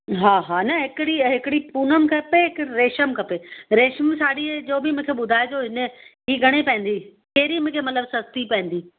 हा हा न हिकिड़ी हिकिड़ी पूनम खपे हिकु रेशम खपे रेशम साड़ी जो बि मूंखे ॿुधाइजो हिन जी घणे पवंदी कहिड़ी मतिलबु मूंखे सस्ती पवंदी